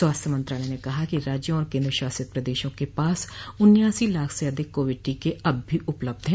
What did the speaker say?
स्वास्थ्य मंत्रालय ने कहा कि राज्यों और केन्द्र शासित प्रदेशों के पास उनासी लाख से अधिक कोविड टीके अब भी उपलब्ध हैं